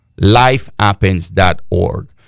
LifeHappens.org